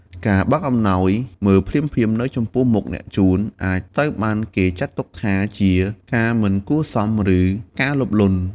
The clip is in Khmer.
ការបើកអំណោយមើលភ្លាមៗនៅចំពោះមុខអ្នកជូន អាចត្រូវបានគេចាត់ទុកថាជា ការមិនគួរសម ឬការលោភលន់។